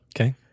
Okay